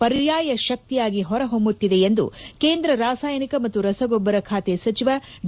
ಪರ್ಯಾಯ ಶಕ್ತಿಯಾಗಿ ಹೊರಹೊಮ್ಮುತ್ತಿದೆ ಎಂದು ಕೇಂದ್ರ ರಾಸಾಯನಿಕ ಮತ್ತು ರಸಗೊಬ್ಬರ ಖಾತೆ ಸಚಿವ ಡಿ